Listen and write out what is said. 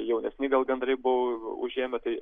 jaunesni gal gandrai buvo užėmę tai